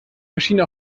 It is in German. maschinen